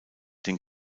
den